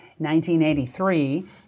1983